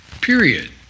Period